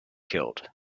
killed